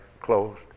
closed